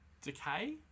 decay